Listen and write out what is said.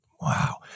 Wow